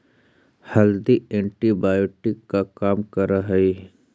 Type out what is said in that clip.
हल्दी एंटीबायोटिक का काम करअ हई